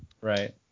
Right